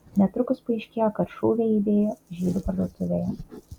netrukus paaiškėjo kad šūviai aidėjo žydų parduotuvėje